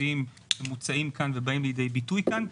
התקציביים המוצעים כאן ובאים לידי ביטוי כאן,